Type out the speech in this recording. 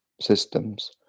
systems